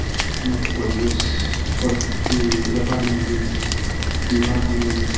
মতো পরিবেশ পরিস্থিতি এ হয় না যে কীভাবে এই